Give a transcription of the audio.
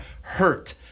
hurt